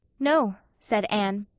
no, said anne.